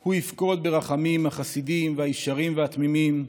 הוא יפקוד ברחמים החסידים והישרים והתמימים,